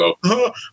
go